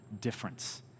difference